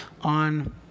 on